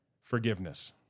forgiveness